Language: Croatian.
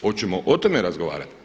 Hoćemo o tome razgovarati?